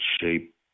shape